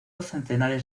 centenares